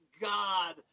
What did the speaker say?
God